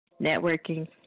networking